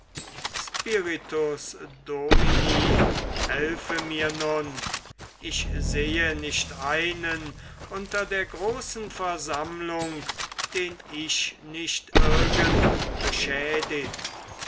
spiritus domini helfe mir nun ich sehe nicht einen unter der großen versammlung den ich nicht irgend beschädigt